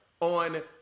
On